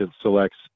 selects